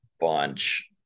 bunch